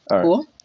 Cool